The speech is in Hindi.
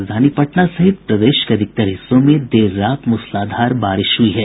राजधानी पटना सहित प्रदेश के अधिकतर हिस्सों में देर रात मूसलाधार बारिश हुई है